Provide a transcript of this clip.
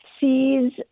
sees